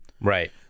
right